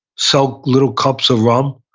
so little cups of rum,